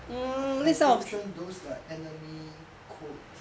encryption those that enemy code